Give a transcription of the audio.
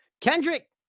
kendrick